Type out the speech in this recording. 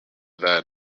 that